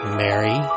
Mary